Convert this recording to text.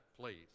please